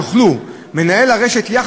יוכלו מנהל הרשות,